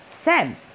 Sam